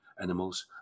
animals